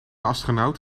astronaut